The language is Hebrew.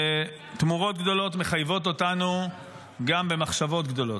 ותמורות גדולות מחייבות אותנו גם במחשבות גדולות.